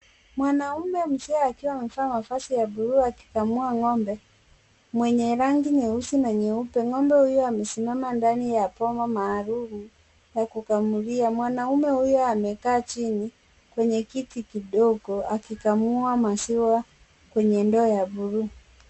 Mwanaume mzee akiwa amevaa mavazi ya buluu akikamua ng'ombe mwenye rangi nyeusi na nyeupe. Ng'ombe huyu amesimama ndani ya boma maalum wa kukamulia. Mwanaume huyo amekaa chini kwenye kiti kidogo akikamua maziwa kwenye ndoo ya buluu.